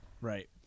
right